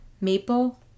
maple